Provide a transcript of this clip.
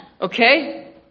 Okay